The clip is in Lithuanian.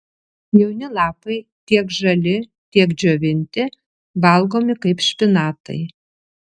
jauni lapai tiek žali tiek džiovinti valgomi kaip špinatai